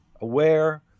aware